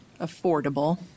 affordable